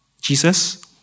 Jesus